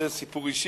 זה סיפור אישי,